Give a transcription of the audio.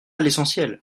l’essentiel